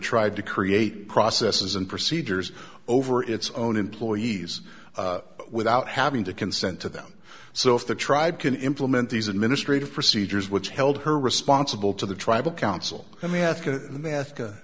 tried to create processes and procedures over its own employees without having to consent to them so if the tribe can implement these administrative procedures which held her responsible to the tribal council let me ask